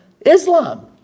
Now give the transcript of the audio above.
Islam